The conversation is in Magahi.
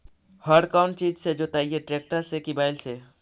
हर कौन चीज से जोतइयै टरेकटर से कि बैल से?